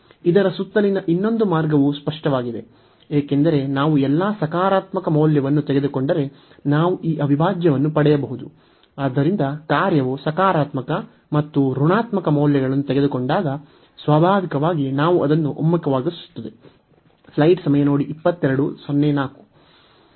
ಇದರ ಸುತ್ತಲಿನ ಇನ್ನೊಂದು ಮಾರ್ಗವು ಸ್ಪಷ್ಟವಾಗಿದೆ ಏಕೆಂದರೆ ನಾವು ಎಲ್ಲಾ ಸಕಾರಾತ್ಮಕ ಮೌಲ್ಯವನ್ನು ತೆಗೆದುಕೊಂಡರೆ ನಾವು ಈ ಅವಿಭಾಜ್ಯವನ್ನು ಪಡೆಯಬಹುದು ಆದ್ದರಿಂದ ಕಾರ್ಯವು ಸಕಾರಾತ್ಮಕ ಮತ್ತು ಋಣಾತ್ಮಕ ಮೌಲ್ಯಗಳನ್ನು ತೆಗೆದುಕೊಂಡಾಗ ಸ್ವಾಭಾವಿಕವಾಗಿ ನಾವು ಅದನ್ನು ಒಮ್ಮುಖವಾಗಿಸುತ್ತದೆ